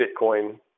Bitcoin